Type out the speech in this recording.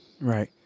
Right